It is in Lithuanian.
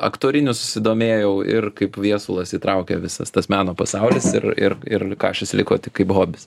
aktoriniu susidomėjau ir kaip viesulas įtraukė visas tas meno pasaulis ir ir ir kašis liko tik kaip hobis